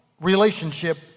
relationship